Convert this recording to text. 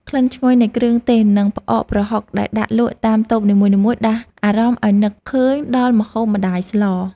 ក្លិនឈ្ងុយនៃគ្រឿងទេសនិងផ្អកប្រហុកដែលដាក់លក់តាមតូបនីមួយៗដាស់អារម្មណ៍ឱ្យនឹកឃើញដល់ម្ហូបម្ដាយស្ល។